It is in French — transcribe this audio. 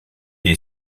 est